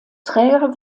träger